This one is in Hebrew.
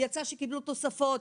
יצא שקיבלו תוספות,